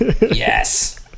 yes